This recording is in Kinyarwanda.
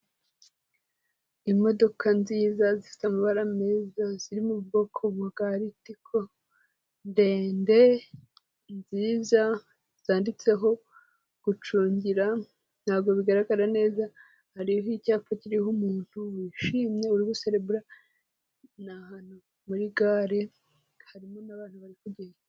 Imodoka nziza zifite amabara meza, ziri mu ubwoko bwa ritiko, ndende, nziza, zanditseho gucungira ntabwo bigaragara neza, hariho icyapa kiriho umuntu wishimye uri guserebura, ni ahantu muri gare, harimo n'abantu bari kugenda.